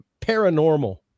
paranormal